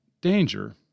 danger